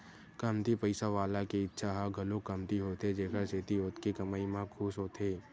कमती पइसा वाला के इच्छा ह घलो कमती होथे जेखर सेती ओतके कमई म खुस होथे